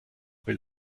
will